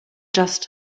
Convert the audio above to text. just